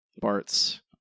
Bart's